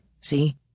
see